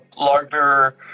larger